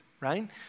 right